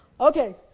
Okay